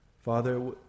Father